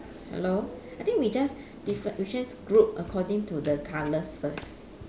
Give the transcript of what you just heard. hello I think we just diff~ we just group according to the colours first